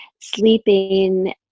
sleeping